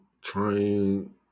trying